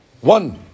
One